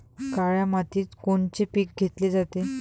काळ्या मातीत कोनचे पिकं घेतले जाते?